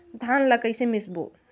धान ला कइसे मिसबो?